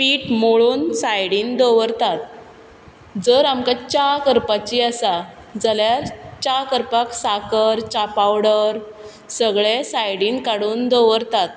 पीठ मळून सायडीन दवरतात जर आमकां च्या करपाची आसा जाल्यार च्या करपाक साकर च्या पावडर सगळें सायडीन काडून दवरतात